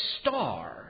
star